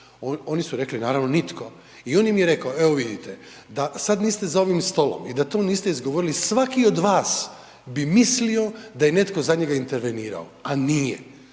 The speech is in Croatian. oni su rekli, naravno, nitko i on im je rekao, evo vidite, da sad niste za ovim stolom i da to niste izgovorili, svaki od vas bi mislio da je netko za njega intervenirao, a nije.